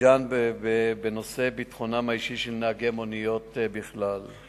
מבית-ג'ן ובנושא ביטחונם האישי של נהגי המוניות בכלל.